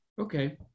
Okay